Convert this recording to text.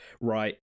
right